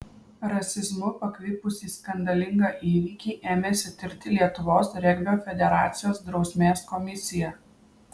rasizmu pakvipusį skandalingą įvykį ėmėsi tirti lietuvos regbio federacijos drausmės komisija